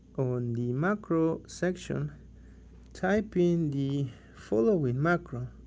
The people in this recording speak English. on the macro section type in the following macro.